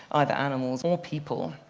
either animals or people.